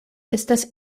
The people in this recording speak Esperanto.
estas